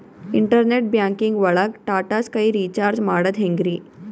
Internet banking ಒಳಗ್ Tata Sky recharge ಮಾಡದ್ ಹೆಂಗ್ರೀ?